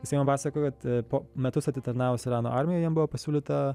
jisai man pasakojo kad po metus atitarnavus irano armijoje buvo pasiūlyta